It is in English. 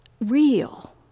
real